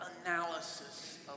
analysis